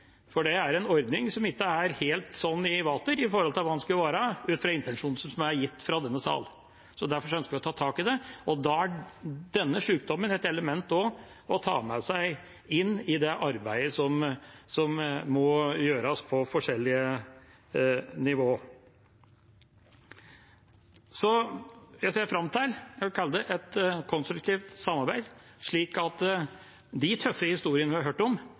for det er en ordning som ikke er helt i vater i forhold til hva den skulle være, ut fra intensjonen som er gitt fra denne sal. Derfor ønsker vi å ta tak i det. Da er denne sykdommen et element også å ta med seg inn i det arbeidet som må gjøres på forskjellige nivå. Jeg ser fram til det jeg vil kalle et konstruktivt samarbeid, slik at de tøffe historiene vi har hørt om,